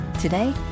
today